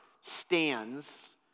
stands